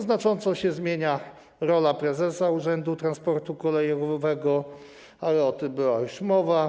Znacząco zmienia się rola prezesa Urzędu Transportu Kolejowego, ale o tym była już mowa.